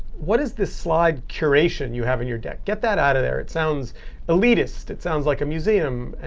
what is this slide curation you have in your deck? get that out of there. it sounds elitist. it sounds like a museum.